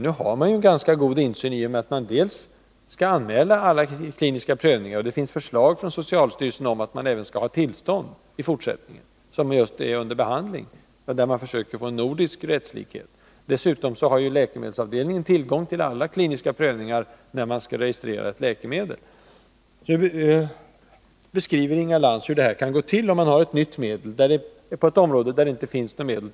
Men vi har redan ganska god insyn i och med att man skall anmäla alla kliniska prövningar. Det finns också ett förslag från socialstyrelsen, som just är under behandling och där man försöker få en nordisk samordning, om att man i fortsättningen även skall ha tillstånd. Dessutom har läkemedelsavdelningen tillgång till alla kliniska prövningar när ett läkemedel skall registreras. Inga Lantz beskrev hur det kan gå till när det kommer ett nytt läkemedel inom ett område där det tidigare inte finns något medel.